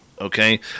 Okay